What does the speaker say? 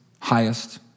highest